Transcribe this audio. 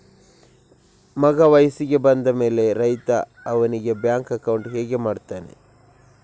ಮಗ ವಯಸ್ಸಿಗೆ ಬಂದ ಮೇಲೆ ರೈತ ಅವನಿಗೆ ಬ್ಯಾಂಕ್ ಅಕೌಂಟ್ ಹೇಗೆ ಮಾಡ್ತಾನೆ?